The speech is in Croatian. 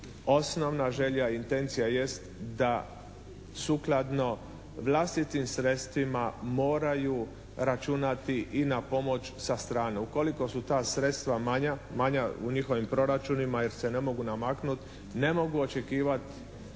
osnovna želja i intencija jest da sukladno vlastitim sredstvima moraju računati i na pomoć sa strane. Ukoliko su ta sredstva manja, manja u njihovim proračunima jer se ne mogu namaknuti ne mogu očekivati